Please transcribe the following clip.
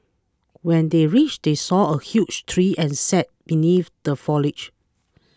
when they reached they saw a huge tree and sat beneath the foliage